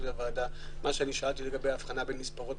לוועדה מה ששאלתי לגבי ההבחנה בין מספרות,